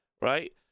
right